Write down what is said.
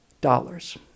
dollars